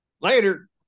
Later